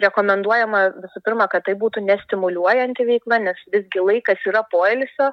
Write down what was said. rekomenduojama visų pirma kad tai būtų ne stimuliuojanti veikla nes visgi laikas yra poilsio